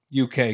UK